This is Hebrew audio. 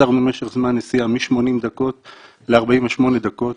קיצרנו את משך זמן הנסיעה מ-80 דקות ל-48 דקות.